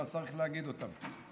אבל צריך להגיד אותם.